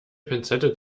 pinzette